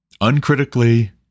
uncritically